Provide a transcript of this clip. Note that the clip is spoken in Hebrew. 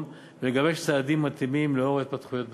ולגבש צעדים מתאימים לנוכח ההתפתחויות בסיכון.